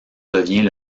devient